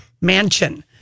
mansion